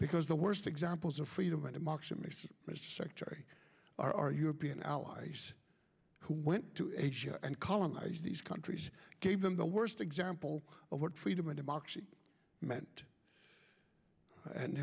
because the worst examples of freedom and democracy mr mr secretary are our european allies who went to asia and colonized these countries gave them the worst example of what freedom and democracy meant and